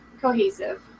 cohesive